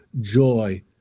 joy